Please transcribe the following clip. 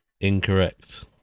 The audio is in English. Incorrect